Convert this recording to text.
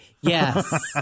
yes